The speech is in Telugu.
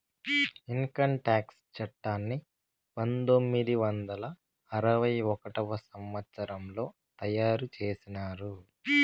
ఇన్కంటాక్స్ చట్టాన్ని పంతొమ్మిది వందల అరవై ఒకటవ సంవచ్చరంలో తయారు చేసినారు